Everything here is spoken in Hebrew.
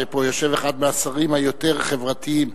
ופה יושב אחד מהשרים היותר חברתיים,